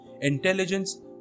intelligence